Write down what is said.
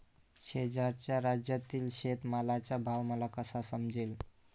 शेजारच्या राज्यातील शेतमालाचा भाव मला कसा समजेल?